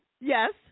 yes